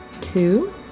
Two